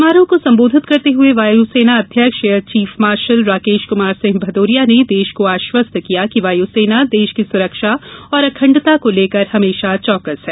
समारोह को संबोधित करते हुए वायुसेना ँ अध्यक्ष air chief marshal Rakesh Kumar Singh Bhadauria ने देश को आश्वस्त किया कि वायु सेना देश की सुरक्षा और अखंडता को लेकर हमेशा चौकस है